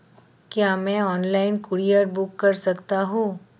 क्या मैं online courier book कर सकता हूँ?